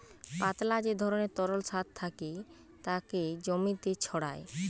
পাতলা যে ধরণের তরল সার থাকে তাকে জমিতে ছড়ায়